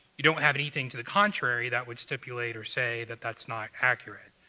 you don't have anything to the contrary that would stipulate or say that that's not accurate,